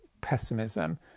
pessimism